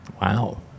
Wow